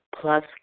plus